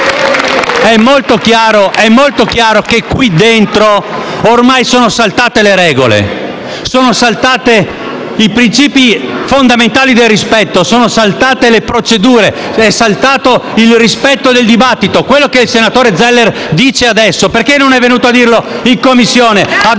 è molto chiaro che qui dentro ormai sono saltate le regole così come i principi fondamentali del rispetto; sono saltate le procedure, è saltato il rispetto del dibattito. Perché il senatore Zeller non è venuto in Commissione